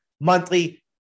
monthly